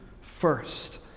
first